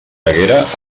haguera